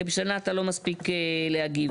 כי אתה לא מספיק להגיב